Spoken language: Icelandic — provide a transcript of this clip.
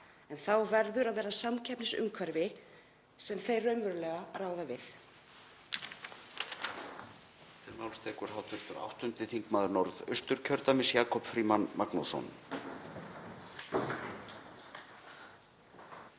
En þá verður að vera samkeppnisumhverfi sem þeir raunverulega ráða við.